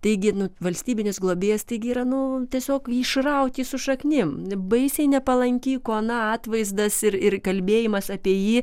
taigi nu valstybinis globėjas taigi yra nu tiesiog jį išrauti su šaknim baisiai nepalanki ikona atvaizdas ir ir kalbėjimas apie jį